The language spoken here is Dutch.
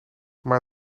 maar